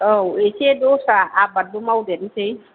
औ एसे दस्रा आबादबो मावदेरनोसै